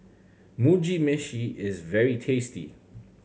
Mugi Meshi is very tasty